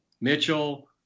Mitchell